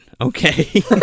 okay